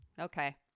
Okay